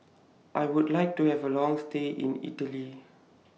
I Would like to Have A Long stay in Italy